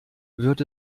wird